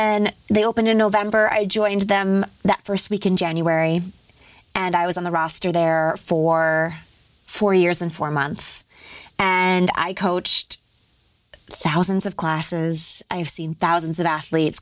then they opened in november i joined them that st week in january and i was on the roster there for four years and four months and i coached thousands of classes i've seen thousands of athletes